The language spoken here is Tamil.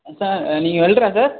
சார் நீங்கள் வெல்டரா சார்